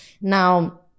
Now